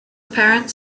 apparent